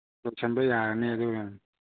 ꯂꯣꯏꯁꯤꯟꯕ ꯌꯥꯔꯅꯤ ꯑꯗꯨꯅꯅꯤ